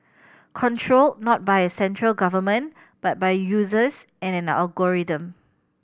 controlled not by a central government but by users and an algorithm